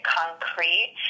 concrete